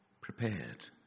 prepared